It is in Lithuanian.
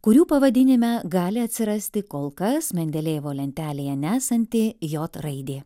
kurių pavadinime gali atsirasti kol kas mendelejevo lentelėje nesanti jot raidė